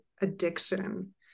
addiction